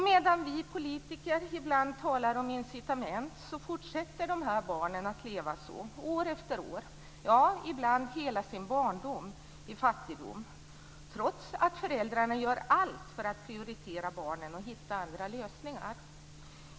Medan vi politiker ibland talar om incitament fortsätter dessa barn att leva så år efter år. De lever ibland hela sin barndom i fattigdom, trots att föräldrarna gör allt för att prioritera barnen och hitta andra lösningar.